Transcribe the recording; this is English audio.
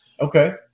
Okay